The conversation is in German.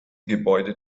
gebäude